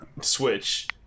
Switch